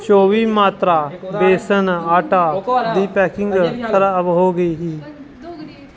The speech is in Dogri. चौह्बी मात्रा बेसन आटा दी पैकिंग खराब हो गेई